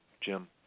Jim